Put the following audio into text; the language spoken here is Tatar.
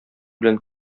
белән